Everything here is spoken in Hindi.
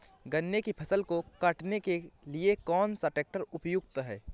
गन्ने की फसल को काटने के लिए कौन सा ट्रैक्टर उपयुक्त है?